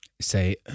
say